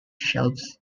shelves